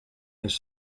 his